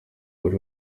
bari